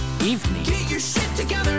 evening